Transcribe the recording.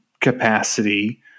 capacity